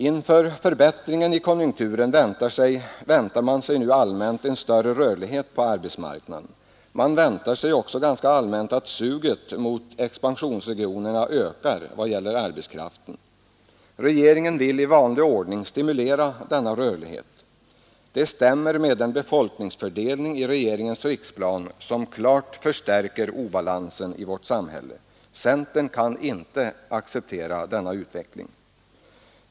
Inför förbättringen i konjunkturen väntar man sig nu allmänt en större rörlighet på arbetsmarknaden. Man väntar sig också ganska allmänt att suget mot expansionsregionerna ökar i vad gäller arbetskraften. Regeringen vill i vanlig ordning stimulera denna rörlighet. Det stämmer med den befolkningsfördelning i regeringens riksplan som klart förstärker obalansen i vårt samhälle. Centern kan inte acceptera denna utveckling.